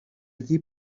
iddi